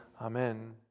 Amen